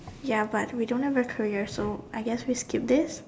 ya but we don't have a career so I guess we skip this